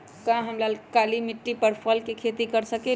का हम काली मिट्टी पर फल के खेती कर सकिले?